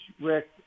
Rick